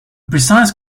precise